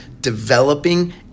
developing